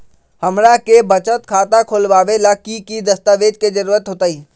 हमरा के बचत खाता खोलबाबे ला की की दस्तावेज के जरूरत होतई?